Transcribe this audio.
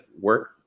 work